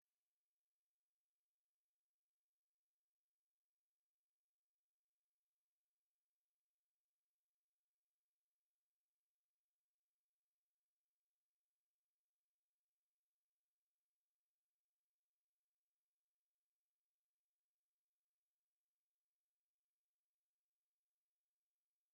Kwiga tukiri bato bituma umwana yiga neza, akamenya byinshi vuba kandi akamenya gukemura ibibazo by’ubuzima bwa buri munsi. Iyo umuntu atangiye kwiga akiri muto, ubwenge bwe burakura, imitekerereze ikarushaho gukomera, kandi bimufasha kugira imyitwarire myiza. Bituma kandi umuntu abasha kugera ku nzozi ze mu buryo bworoshye igihe akuze.